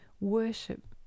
worship